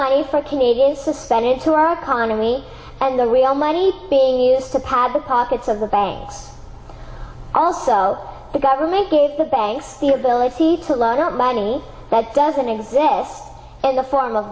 to spend into our economy and the real money being used to pad the pockets of the banks also the government gave the banks the ability to loan out money that doesn't exist in the form of